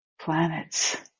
planets